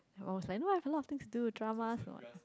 and my mum was like no lah I have a lot of things to do dramas